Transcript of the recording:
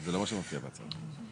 זה לא מה שמופיע בהצעת החוק.